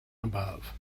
above